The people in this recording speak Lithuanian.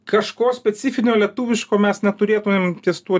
kažko specifinio lietuviško mes neturėtumėm ties tuo